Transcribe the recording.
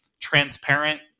transparent